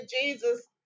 jesus